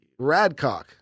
radcock